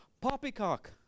Poppycock